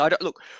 Look